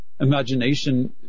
imagination